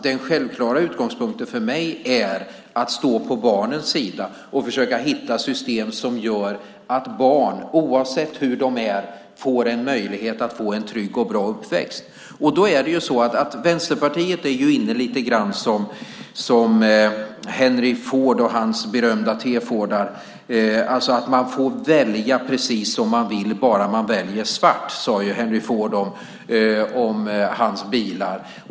Den självklara utgångspunkten för mig är att stå på barnens sida och att försöka hitta system som är sådana att barn, oavsett hur de är, får en möjlighet till en trygg och bra uppväxt. Vänsterpartiet är lite grann inne på samma sak som Henry Ford och hans berömda T-Fordar. Man får välja precis som man vill bara man väljer svart, sade Henry Ford om sina bilar.